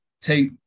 take